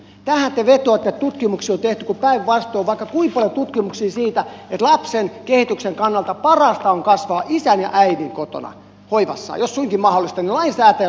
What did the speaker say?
tähän te vetoatte että tutkimuksia on tehty kun päinvastoin on vaikka kuinka paljon tutkimuksia siitä että lapsen kehityksen kannalta parasta on kasvaa isän ja äidin kanssa kotona hoivassa jos suinkin mahdollista niin lainsäätäjä suokoon sen heille